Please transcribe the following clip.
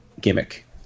gimmick